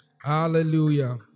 Hallelujah